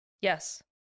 Yes